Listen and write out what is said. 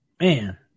man